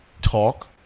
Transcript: talk